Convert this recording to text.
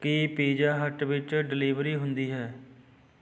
ਕੀ pizza hut ਵਿੱਚ delivery ਹੁੰਦੀ ਹੈ